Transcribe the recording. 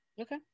Okay